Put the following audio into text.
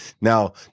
Now